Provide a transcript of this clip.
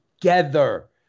together